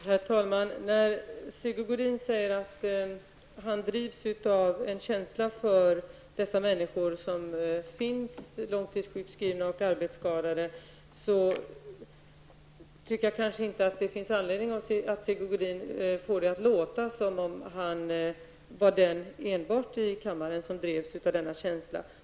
Herr talman! När Sigge Godin säger att han drivs av en känsla för människor som är långtidssjukskrivna eller arbetsskadade, tycker jag kanske inte att det finns anledning för Sigge Godin att låta som om han var den ende i kammaren som drivs av denna känsla.